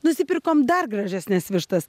nusipirkom dar gražesnes vištas